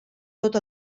tot